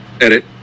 edit